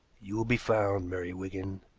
you will be found, murray wigan,